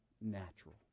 natural